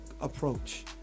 approach